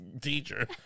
teacher